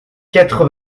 quatre